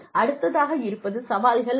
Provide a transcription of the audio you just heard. அடுத்ததாக இருப்பது சவால்கள் ஆகும்